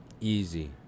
easy